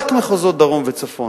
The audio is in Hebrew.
רק מחוזות דרום וצפון.